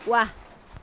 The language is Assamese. ৱাহ